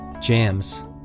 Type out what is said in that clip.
jams